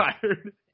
tired